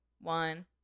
one